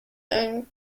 and